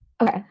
Okay